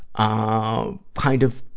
ah, kind of,